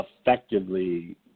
effectively